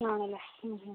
ആണല്ലേ